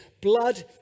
blood